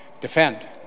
defend